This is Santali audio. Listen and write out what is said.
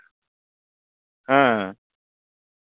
ᱦᱮᱸ